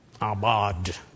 Abad